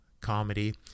comedy